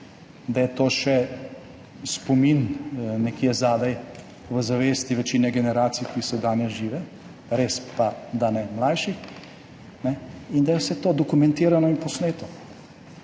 da je še spomin nekje zadaj v zavesti večine generacij, ki so danes žive, res pa, da ne mlajših, in da je vse to dokumentirano in posneto.